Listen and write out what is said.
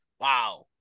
wow